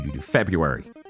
February